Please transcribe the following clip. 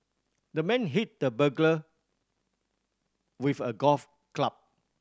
the man hit the burglar with a golf club